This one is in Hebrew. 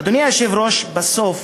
אדוני היושב-ראש, בסוף,